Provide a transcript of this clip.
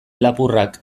lapurrak